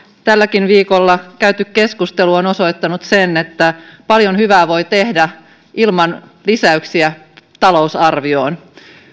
tälläkin viikolla käyty keskustelu on osoittanut sen että paljon hyvää voi tehdä ilman lisäyksiä talousarvioon